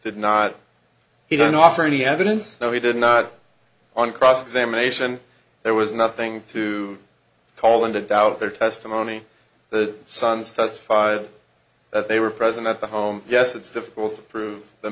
did not he didn't offer any evidence no he did not on cross examination there was nothing to call into doubt their testimony the sons testified that they were present at the home yes it's difficult to prove the